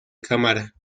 cámara